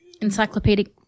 Encyclopedic